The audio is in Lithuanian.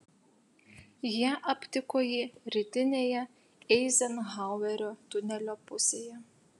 jie aptiko jį rytinėje eizenhauerio tunelio pusėje